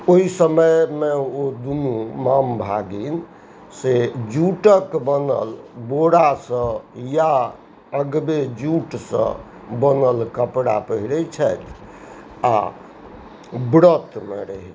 ओहि समयमे ओ दुन्नू माम भागिनसँ जूटक बनल बोरासँ या अगबे जूटसँ बनल कपड़ा पहिरै छथि आओर व्रतमे रहै छथि